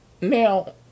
now